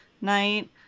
night